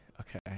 okay